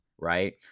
right